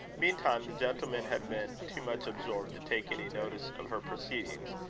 meantime, the gentlemen had been too much absorbed to take any notice of her proceedings,